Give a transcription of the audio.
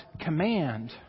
command